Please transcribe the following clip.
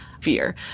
fear